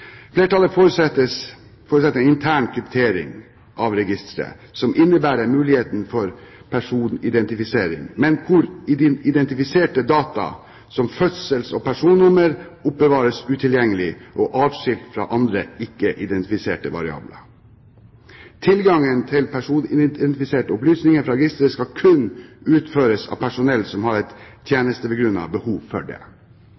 forutsetter intern kryptering av registeret, som innebærer mulighet for personidentifisering, men hvor identifiserte data som fødsels- og personnummer oppbevares utilgjengelig og atskilt fra andre ikke identifiserbare variabler. Tilgang til personidentifiserbare opplysninger fra registeret skal kun utføres av personell som har et tjenestebegrunnet behov for det.